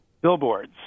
billboards